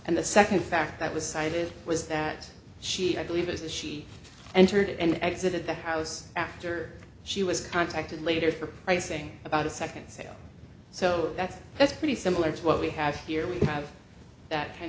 and the second fact that was cited was that she i believe as she entered and exited the house after she was contacted later for pricing about a second sale so that's that's pretty similar to what we have here we have that kind